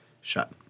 shut